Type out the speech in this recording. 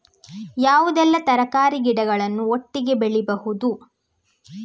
ಯಾವುದೆಲ್ಲ ತರಕಾರಿ ಗಿಡಗಳನ್ನು ಒಟ್ಟಿಗೆ ಬೆಳಿಬಹುದು?